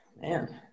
Man